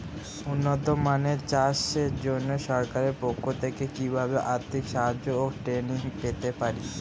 উন্নত মানের মাছ চাষের জন্য সরকার পক্ষ থেকে কিভাবে আর্থিক সাহায্য ও ট্রেনিং পেতে পারি?